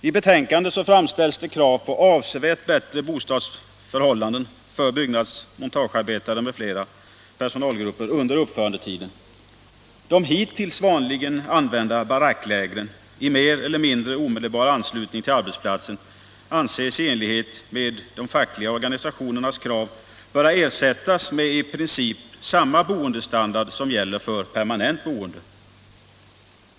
I betänkandet framställs krav på avsevärt bättre boendeförhållanden för byggnadsoch montagearbetare m.fl. personalgrupper under uppförandetiden. De hittills vanligen använda baracklägren i mer eller mindre omedelbar anslutning till arbetsplatsen anses i enlighet med de fackliga organisationernas krav böra ersättas med i princip samma boendestandard som gäller för permanent boende.